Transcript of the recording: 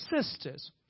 sisters